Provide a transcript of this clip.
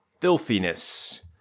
filthiness